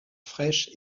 fraîche